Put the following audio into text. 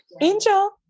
Angel